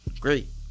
Great